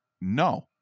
no